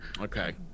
Okay